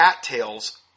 cattails